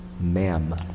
ma'am